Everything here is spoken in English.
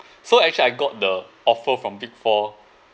so actually I got the offer from big four